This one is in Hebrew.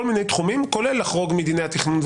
ועדה לאיתור הסנגוריה הציבורית.